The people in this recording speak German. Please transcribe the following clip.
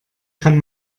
kann